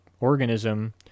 organism